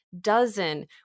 dozen